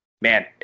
man